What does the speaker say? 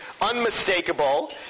unmistakable